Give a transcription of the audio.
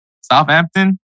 Southampton